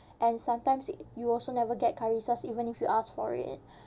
and sometimes you also never get curry sauce even if you ask for it